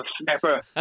Snapper